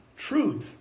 Truth